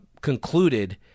concluded